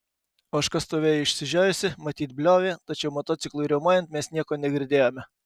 ožka stovėjo išsižiojusi matyt bliovė tačiau motociklui riaumojant mes nieko negirdėjome